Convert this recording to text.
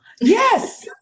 Yes